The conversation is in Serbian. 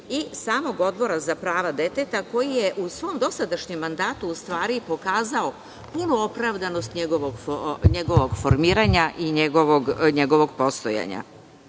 i samog Odbora za prava deteta koji je u svom dosadašnjem mandatu u stvari pokazao punu opravdanost njegovog formiranja i njegovog postojanja. Zakon